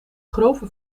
grove